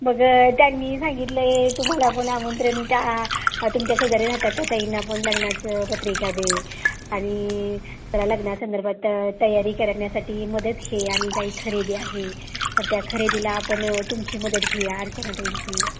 मग त्यांनी सांगितलं आहे तुम्हाला पण आमंत्रण त्या तुमच्या शेजारी राहतात त्या ताईंना पण लग्नाचं पत्रिका दे आणि जरा लग्नासंदर्भात तयारी कराण्यासाठी मदत घे आणि काही खरेदी आहे तर त्या खरेदीला आपण तुमची मदत घेऊया अर्चनाताईंची